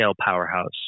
powerhouse